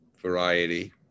variety